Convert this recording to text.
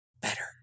better